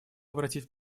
обратить